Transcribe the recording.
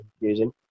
using